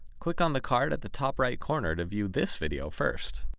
click on the card at the top right corner to view this video first.